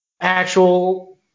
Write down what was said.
actual